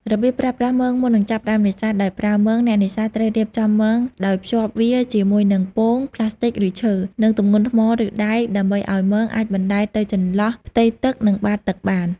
របៀបប្រើប្រាស់មងមុននឹងចាប់ផ្តើមនេសាទដោយប្រើមង អ្នកនេសាទត្រូវរៀបចំមងដោយភ្ជាប់វាជាមួយនឹង ពោង ប្លាស្ទិកឬឈើ និង ទម្ងន់ ថ្មឬដែកដើម្បីឲ្យមងអាចបណ្តែតនៅចន្លោះផ្ទៃទឹកនិងបាតទឹកបាន។